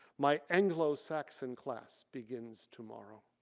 my anglo-saxon class begins tomorrow.